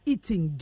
Eating